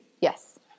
yes